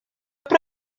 fue